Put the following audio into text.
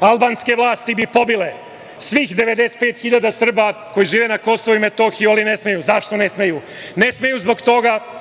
albanske vlasti bi pobile svih 95.000 Srba koji žive na KiM, ali ne smeju. Zašto ne smeju? Ne smeju zbog toga